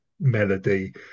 melody